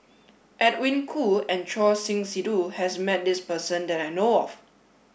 Edwin Koo and Choor Singh Sidhu has met this person that I know of